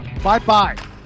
Bye-bye